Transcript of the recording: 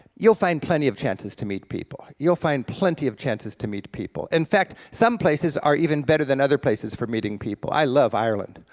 you'll find plenty of chances to meet people, you'll find plenty of chances to meet people. in fact, some places are even better than other places for meeting people. i love ireland.